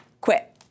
quit